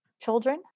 children